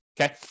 Okay